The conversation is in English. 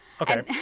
Okay